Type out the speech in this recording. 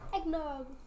Eggnog